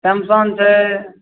Samsung छै